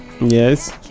yes